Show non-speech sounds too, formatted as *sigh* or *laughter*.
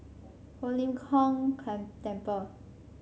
Ho Lim Kong *unintelligible* Temple